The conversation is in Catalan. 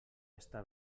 està